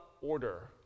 order